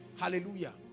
Hallelujah